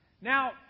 Now